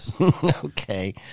Okay